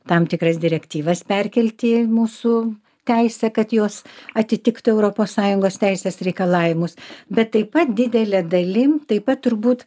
tam tikras direktyvas perkelti mūsų teisę kad jos atitiktų europos sąjungos teisės reikalavimus bet taip pat didele dalim taip pat turbūt